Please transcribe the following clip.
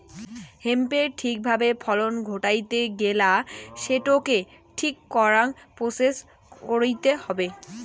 হেম্পের ঠিক ভাবে ফলন ঘটাইতে গেলা সেটোকে ঠিক করাং প্রসেস কইরতে হবে